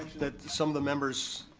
that some of the members,